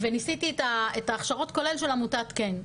וניסיתי את ההכשרות, כולל של עמותת כן,